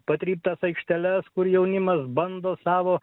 padarytas aikšteles kur jaunimas bando savo